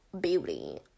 beauty